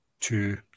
two